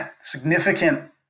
significant